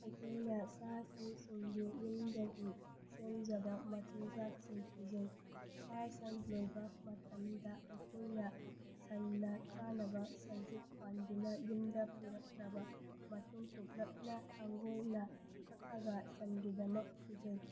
ꯑꯩꯈꯣꯏꯅ ꯁꯥ ꯁꯟꯁꯤꯡꯕꯨ ꯌꯨꯝꯗꯒꯤ ꯁꯦꯝꯖꯕ ꯃꯆꯤꯟꯖꯥꯛꯁꯤꯡ ꯄꯤꯖꯩ ꯁꯥ ꯁꯟ ꯂꯣꯏꯕ ꯃꯇꯝꯗ ꯑꯩꯈꯣꯏꯅ ꯁꯟꯅ ꯆꯥꯅꯕ ꯁꯖꯤꯛ ꯐꯥꯟꯗꯨꯅ ꯌꯨꯝꯗ ꯄꯨꯔꯛꯂꯕ ꯄꯇꯨꯡ ꯀꯨꯞꯂꯞꯅ ꯊꯥꯡꯒꯣꯜꯅ ꯀꯛꯑꯒ ꯁꯟꯒꯤꯗꯃꯛ ꯄꯤꯖꯩ